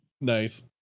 Nice